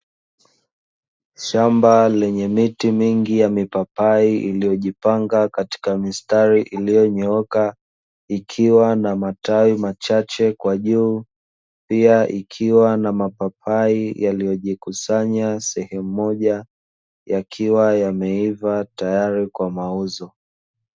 Shamba lenye miti mingi ya mipapai iliyojipanga katika mistari iliyonyooka ikiwa na matawi machache kwa juu, pia ikiwa na mapapai yaliyojikusanya sehemu moja yakiwa yameiva tayari kwa mauzo.